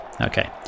Okay